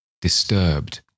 disturbed